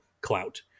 clout